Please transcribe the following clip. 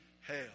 hell